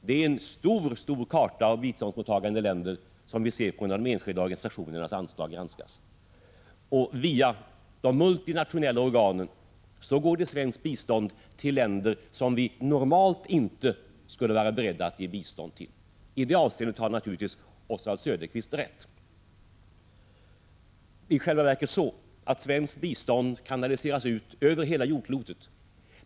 Det är en karta med ett mycket stort antal biståndsmottagande länder som vi ser när de enskilda organisationernas anslag granskas. Via de multinationella organen går det svenskt bistånd till länder som vi normalt inte skulle vara beredda att ge bistånd till —i det avseendet har Oswald Söderqvist naturligtvis rätt. Det är i själva verket så att svenskt bistånd kanaliseras ut över hela jordklotet.